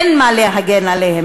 אין מה להגן עליהן,